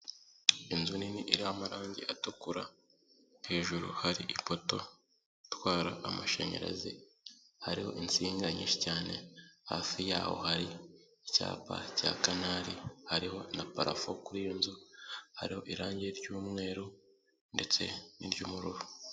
Inzu nini iriho amarangi atukura hejuru hari ipoto itwara amashanyarazi, hariho insinga nyinshi cyane, hafi yaaho hari icyapa cya kanari hariho na parafu kuri iyo nzo hariho irangi ry'umweru ndetse n'iry'ubururu.